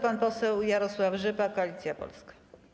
Pan poseł Jarosław Rzepa, Koalicja Polska.